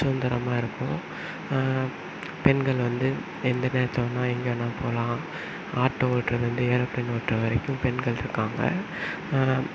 சுதந்தரமாக இருப்போம் பெண்கள் வந்து எந்த நேரத்தில் வேணா எங்கே வேணாலும் போகலாம் ஆட்டோ ஓட்டுறதுலேருந்து ஏரோப்லேன் ஓட்டுகிற வரைக்கும் பெண்கள் இருக்காங்க